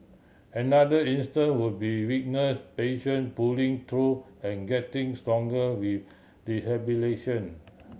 another instance would be witness patient pulling through and getting stronger with rehabilitation